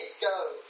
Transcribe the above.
go